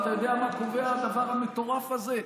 ואתה יודע מה קובע הדבר המטורף הזה?